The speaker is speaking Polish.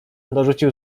dorzucił